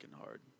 hard